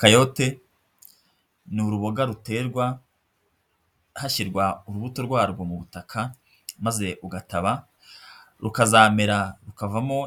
Kayote ni uruboga ruterwa hashyirwa urubuto rwarwo mu butaka maze ugataba, rukazamera rukavamo